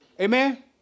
Amen